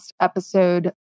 episode